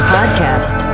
Podcast